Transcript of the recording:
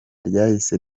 ryahise